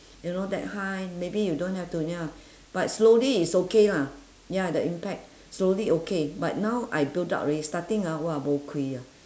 you know that high maybe you don't have to ya but slowly it's okay lah ya the impact slowly okay but now I built up already starting ah !wah! bo kui ah